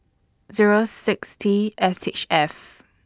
Zero six T S H F